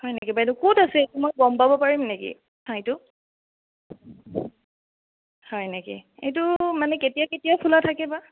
হয় নেকি বাইদেউ ক'ত আছে মই গম পাব পাৰিম নেকি ঠাইটো হয় নেকি এইটো মানে কেতিয়া কেতিয়া খোলা থাকে বা